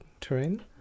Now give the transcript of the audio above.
terrain